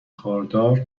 خاردار